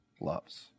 loves